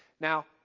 Now